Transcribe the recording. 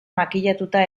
makillatuta